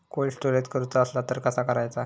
Cold storage करूचा असला तर कसा करायचा?